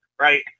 right